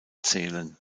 zählen